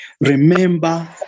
Remember